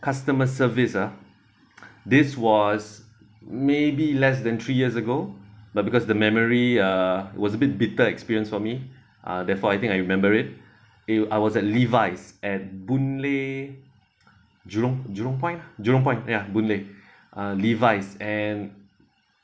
customer service ah this was maybe less than three years ago but because the memory uh was a bit bitter experience for me uh therefore I think I remember it uh I was at levi's and boon lay jurong jurong point jurong point ya boon lay uh levi's and